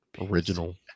original